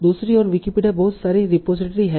दूसरी ओर विकिपीडिया बहुत बडी रिपॉजिटरी है